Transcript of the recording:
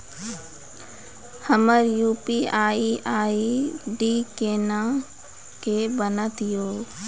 हमर UPI ID कोना के बनत यो?